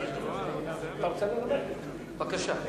בבקשה.